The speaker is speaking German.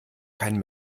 kein